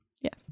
Yes